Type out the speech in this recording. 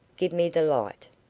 give me the light.